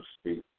speak